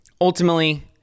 Ultimately